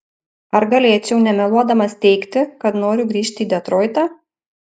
ar galėčiau nemeluodamas teigti kad noriu grįžti į detroitą